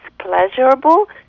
pleasurable